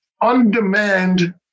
on-demand